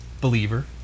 believer